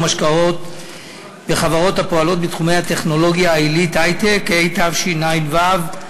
השקעות בחברות הפועלות בתחומי הטכנולוגיה העילית (היי-טק) (תיקוני חקיקה),